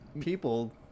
people